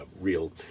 real